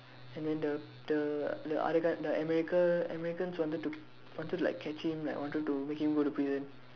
and then the the the other guy the America Americans wanted to wanted to like catch him like wanted to make him go to prison